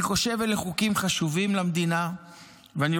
אני חושב שאלה חוקים חשובים למדינה.